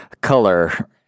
color